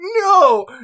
no